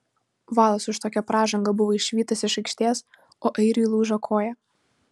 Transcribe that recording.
valas už tokią pražangą buvo išvytas iš aikštės o airiui lūžo koja